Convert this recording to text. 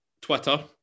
Twitter